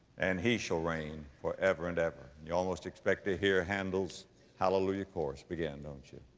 and he shall reign forever and ever. you almost expect to hear handel's hallelujah chorus begin don't you?